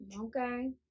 okay